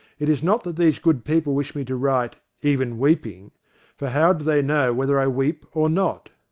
it is not that these good people wish me to write even weeping for how do they know whether i weep or not?